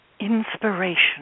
inspiration